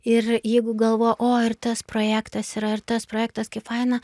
ir jeigu galvoji o ir tas projektas yra ir tas projektas kaip faina